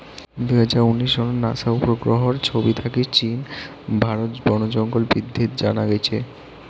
দুই হাজার উনিশ সনত নাসা উপগ্রহর ছবি থাকি চীন, ভারত বনজঙ্গল বিদ্ধিত জানা গেইছে